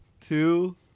Two